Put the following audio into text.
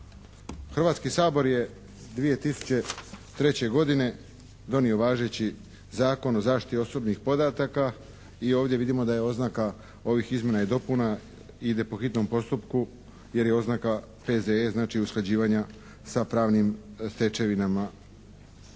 Hrvatski sabor je 2003. godine donio važeći Zakon o zaštiti osobnih podataka i ovdje vidimo da je oznaka ovih izmjena i dopuna ide po hitnom postupku jer je oznaka P.Z.E., znači usklađivanje sa pravnim stečevinama